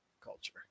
Culture